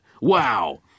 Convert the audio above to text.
Wow